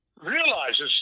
realizes